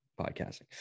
podcasting